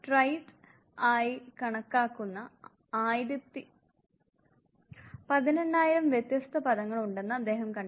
trait ആയി കണക്കാക്കാവുന്ന 18000 വ്യത്യസ്ത പദങ്ങൾ ഉണ്ടെന്ന് അദ്ദേഹം കണ്ടെത്തി